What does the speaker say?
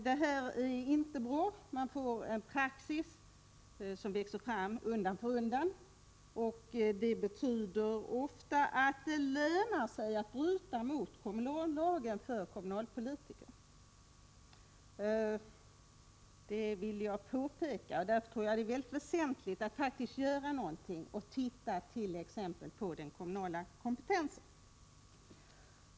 Detta är inte bra. En praxis växer fram undan för undan, och det betyder ofta att det lönar sig för kommunalpolitiker att bryta mot kommunallagen. Det vill jag påpeka. Jag tror det är väsentligt att göra någonting, t.ex. se på den kommunala kompetensen.